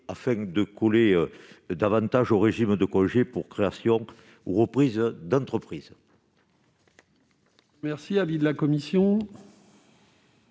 afin de coller davantage au régime de congé pour création ou reprise d'entreprise. Quel est l'avis de la commission